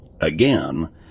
Again